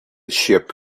ship